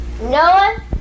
Noah